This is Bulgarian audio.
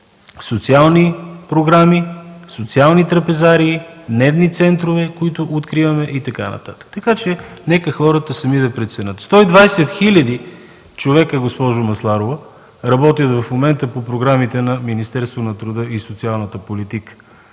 социални програми, социални трапезарии, дневни центрове, които откриваме и така нататък. Нека хората сами да преценят. Сто и двадесет хиляди човека, госпожо Масларова, в момента работят по програмите на Министерството на труда и социалната политика.